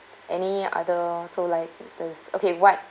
any other so like this okay what